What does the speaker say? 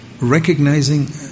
recognizing